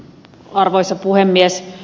arvoisa puhemies